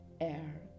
air